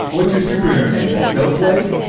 what's your superhero name? the snowflake?